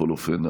בכל אופן,